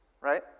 right